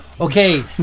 Okay